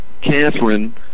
Catherine